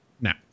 Now